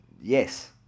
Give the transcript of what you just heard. yes